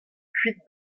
kuit